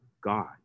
God